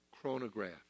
chronograph